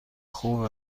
خوب